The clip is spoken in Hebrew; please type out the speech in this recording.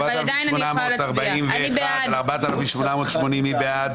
על הסתייגויות 4140-4121, מי בעד?